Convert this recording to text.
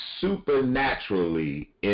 supernaturally